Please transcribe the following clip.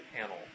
panel